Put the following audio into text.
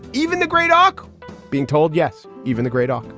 even the great hawk being told yes, even the great hawk,